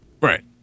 right